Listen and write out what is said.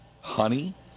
honey